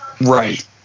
Right